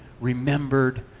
remembered